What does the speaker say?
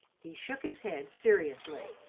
he shook his head seriously.